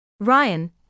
Ryan